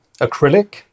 acrylic